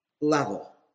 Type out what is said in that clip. level